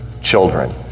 children